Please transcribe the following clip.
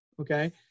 okay